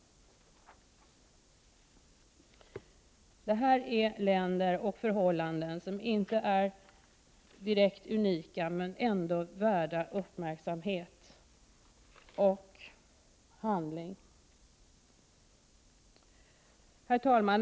Det här är länder och förhållanden som inte är direkt unika men som ändå är värda uppmärksamhet och handling. Herr talman!